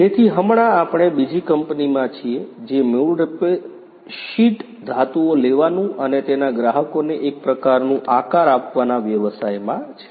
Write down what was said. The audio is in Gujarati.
તેથી હમણાં આપણે બીજી કંપનીમાં છીએ જે મૂળરૂપે શીટ ધાતુઓ લેવાનું અને તેના ગ્રાહકોને એક પ્રકારનું આકાર આપવાના વ્યવસાયમાં છે